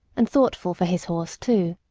and thoughtful for his horse too.